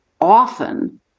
often